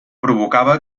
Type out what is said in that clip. provocava